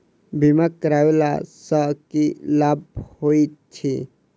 बीमा करैला सअ की लाभ होइत छी?